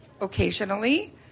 occasionally